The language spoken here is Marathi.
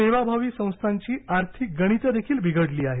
सेवाभावी संस्थांची आर्थिक गणितंदेखील बिघडली आहेत